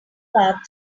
path